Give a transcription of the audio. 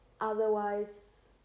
otherwise